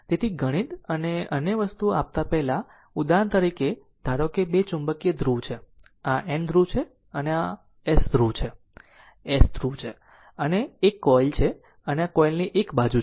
તેથી ગણિત અને અન્ય વસ્તુ આપતા પહેલા ઉદાહરણ તરીકે ધારો કે બે ચુંબકીય ધ્રુવ છે આ N ધ્રુવ છે અને આ S ધ્રુવ છે S ધ્રુવ છે અને ત્યાં એક કોઇલ છે આ કોઇલની એક બાજુ છે